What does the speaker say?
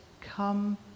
come